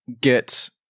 get